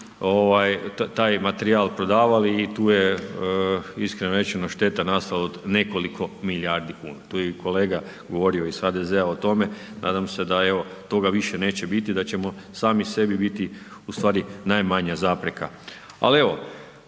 taj materijal prodavali i tu je iskreno rečeno, šteta nastala od nekoliko milijardi kuna. Tu je i kolega govorio iz HDZ-a o tome, nadam se, evo, toga više neće biti, da ćemo sami sebi biti u stvari najmanja zapreka. Ali, evo,